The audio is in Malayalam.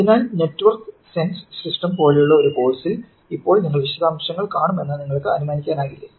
അതിനാൽ നെറ്റ്വർക്ക് സെൻസ് സിസ്റ്റം പോലുള്ള ഒരു കോഴ്സിൽ ഇപ്പോൾ നിങ്ങൾ വിശദാംശങ്ങൾ കാണുമെന്ന് നിങ്ങൾക്ക് അനുമാനിക്കാനാകില്ലേ